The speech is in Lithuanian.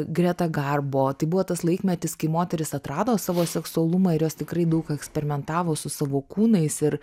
greta garbo tai buvo tas laikmetis kai moterys atrado savo seksualumą ir jos tikrai daug eksperimentavo su savo kūnais ir